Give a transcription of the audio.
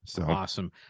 Awesome